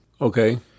Okay